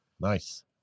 Nice